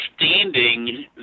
understanding